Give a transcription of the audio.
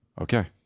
okay